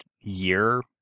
year